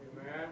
Amen